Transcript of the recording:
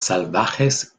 salvajes